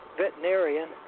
veterinarian